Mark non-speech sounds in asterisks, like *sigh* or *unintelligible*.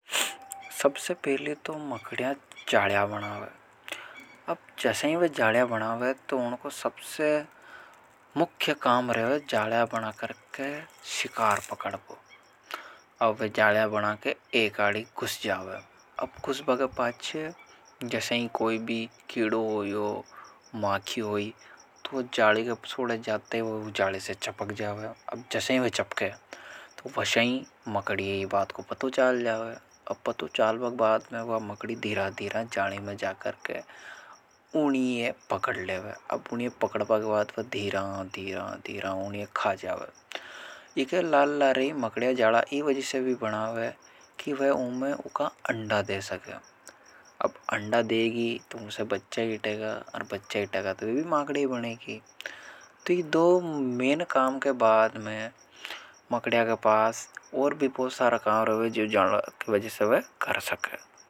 सबसे पहले तो मकड़िया जालिया बनावे। अब जैसे ही वे जालिया बनावे तो उनको सबसे मुख्य काम रहे वे जालिया बना करके शिकार पकड़ बो। अब वे जालिया बना के एक आड़ी गुश जावे। अब कुछ बग पाच्छे जैसे ही कोई भी कीड़ो हो यो माखी होई तो वो जालीे के सोड़े जाते ही वो जालीे से चपक जावे। अब जैसे ही वे चपके तो वशाई मकड़ी ये बात को पतो चाल जावे अब पतो चालबा के बाद में वा मकड़ी धीरा धीरा जाली में जाकर के उन्ही ये पकड़ ले वे अब उन्ही ये पकड़ बगबाद वा धीरा धीरा धीरा उन्ही ये खा जावे। ईके लाललारी मकड़िया जाला इन वजह से भी बना हुआ है कि वह उम्में उका अंडा दे सके अब अंडा देगी तो उसे बच्चे। हीटेगा और बच्चा हीटेगा तो भी माकड़ी बनेगी तो दो मेन काम के बाद मैं मकड़िया के पास और बहुत सारा काम। *unintelligible*